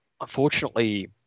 unfortunately